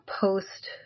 post